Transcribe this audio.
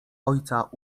ojca